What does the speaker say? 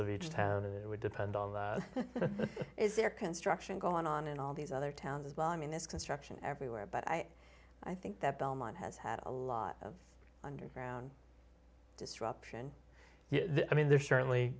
of each town and it would depend on the is there construction going on in all these other towns as well i mean this construction everywhere but i i think that belmont has had a lot of underground disruption i mean there's certainly